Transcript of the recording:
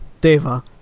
Deva